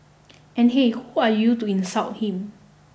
and hey who are you to insult him